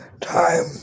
time